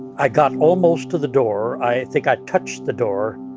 i got almost to the door. i think i touched the door.